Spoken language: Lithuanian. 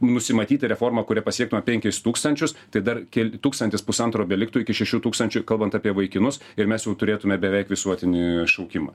nusimatyti reformą kuria pasiektų penkis tūkstančius tai dar kel tūkstantis pusantro beliktų iki šešių tūkstančių kalbant apie vaikinus ir mes jau turėtume beveik visuotinį šaukimą